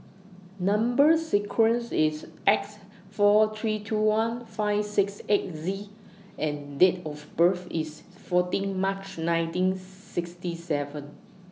Number sequence IS X four three two one five six eight Z and Date of birth IS fourteen March nineteen sixty seven